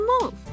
move